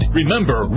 Remember